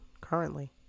currently